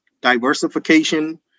diversification